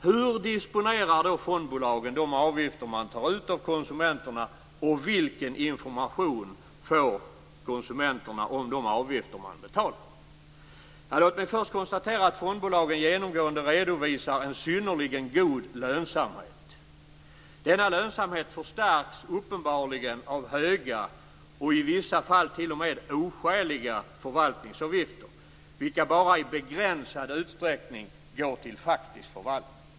Hur disponerar då fondbolagen de avgifter man tar ut av konsumenterna, och vilken information får konsumenterna om de avgifter de betalar? Låt mig först konstatera att fondbolagen genomgående redovisar en synnerligen god lönsamhet. Denna lönsamhet förstärks uppenbarligen av höga och i vissa fall t.o.m. oskäliga förvaltningsavgifter, vilka bara i begränsad utsträckning går till faktisk förvaltning.